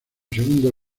segundo